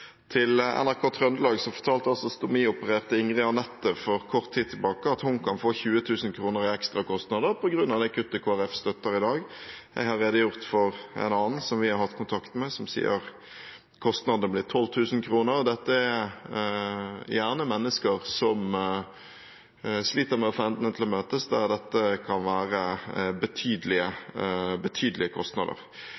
Til NRK Trøndelag fortalte stomiopererte Ingrid Anette for kort tid siden at hun kan få 20 000 kr i ekstrakostnader på grunn av det kuttet Kristelig Folkeparti støtter i dag. Jeg har redegjort for en annen som vi har hatt kontakt med, som sier at kostnadene blir 12 000 kr. Dette er gjerne mennesker som sliter med å få endene til å møtes, og der dette kan være betydelige kostnader.